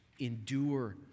Endure